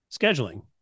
scheduling